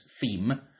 theme